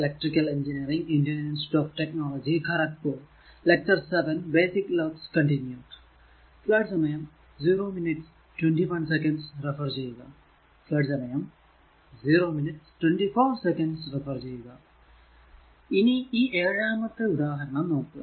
ഇനി ഈ 7 മത്തെ ഉദാഹരണം നോക്കുക